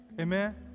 Amen